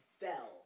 Fell